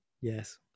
Yes